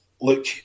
Look